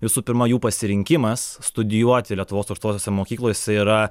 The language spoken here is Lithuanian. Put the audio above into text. visų pirma jų pasirinkimas studijuoti lietuvos aukštosiose mokyklose yra